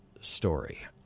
story